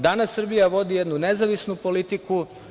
Danas Srbija vodi jednu nezavisnu politiku.